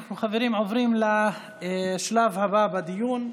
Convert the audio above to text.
אנחנו, חברים, עוברים לשלב הבא בדיון,